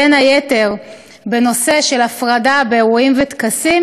בין היתר בנושא של הפרדה באירועים וטקסים.